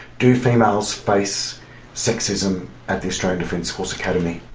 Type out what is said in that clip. do females face sexism at the australian defence force academy?